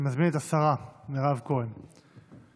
אני מזמין את השרה מירב כהן לסכם.